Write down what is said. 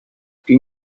più